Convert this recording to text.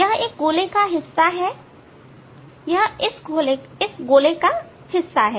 यह एक गोले का हिस्सा है यह इस गोले का भाग है